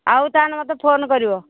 ଆଉ ତାହେଲେ ମୋତେ ଫୋନ କରିବ